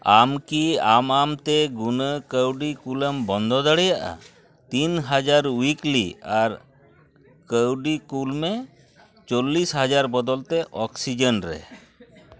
ᱟᱢᱠᱤ ᱟᱢᱼᱟᱢᱛᱮ ᱜᱩᱱᱟᱹ ᱠᱟᱹᱣᱰᱤ ᱠᱩᱞᱮᱢ ᱵᱚᱱᱫᱚ ᱫᱟᱲᱮᱭᱟᱜᱼᱟ ᱛᱤᱱ ᱦᱟᱡᱟᱨ ᱩᱭᱤᱠᱞᱤ ᱟᱨ ᱠᱟᱹᱣᱰᱤ ᱠᱩᱞᱢᱮ ᱪᱚᱞᱞᱤᱥ ᱦᱟᱡᱟᱨ ᱵᱚᱫᱚᱞᱛᱮ ᱚᱠᱥᱤᱡᱮᱱᱨᱮ